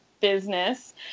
business